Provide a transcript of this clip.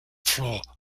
floor